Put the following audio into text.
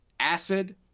Acid